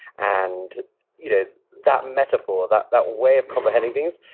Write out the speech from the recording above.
and you know that metaphor, that that way of comprehending things,